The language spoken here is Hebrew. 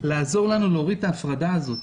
לעזור לנו להוריד את ההפרדה הזאת